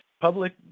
Public